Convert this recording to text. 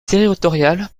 territoriales